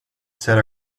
said